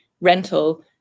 rental